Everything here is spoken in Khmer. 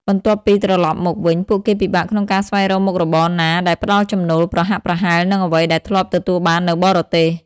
បន្ទាប់ពីត្រឡប់មកវិញ ពួកគេពិបាកក្នុងការស្វែងរកមុខរបរណាដែលផ្តល់ចំណូលប្រហាក់ប្រហែលនឹងអ្វីដែលធ្លាប់ទទួលបាននៅបរទេស។